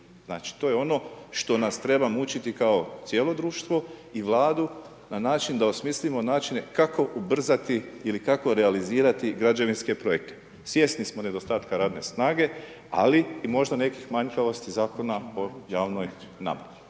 Znači to je ono što nas treba mučiti kao cijelo društvo i Vladu na način da osmislimo načine kako ubrzati ili kako realizirati građevinske projekte. Svjesni smo nedostatka radne snage ali i možda nekih manjkavosti Zakona o javnoj nabavi.